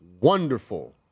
wonderful